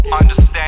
understand